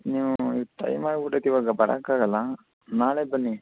ನೀವು ಟೈಮಾಗಿ ಬಿಟ್ಟೈತಿವಾಗ ಬರೋಕ್ಕಾಗಲ್ಲ ನಾಳೆ ಬನ್ನಿ